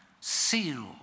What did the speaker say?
sealed